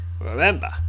Remember